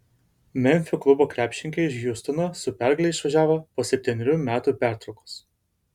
memfio klubo krepšininkai iš hjustono su pergale išvažiavo po septynerių metų pertraukos